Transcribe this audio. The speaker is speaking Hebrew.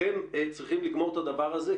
אתם צריכים לגמור את הדבר הזה,